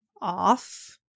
off